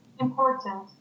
Important